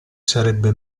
sarebbe